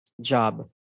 job